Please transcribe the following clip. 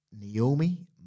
Naomi